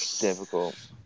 Difficult